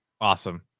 awesome